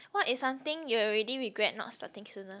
what is something you already regret not starting sooner